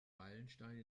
meilenstein